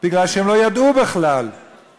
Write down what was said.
כשהם לא ידעו בכלל,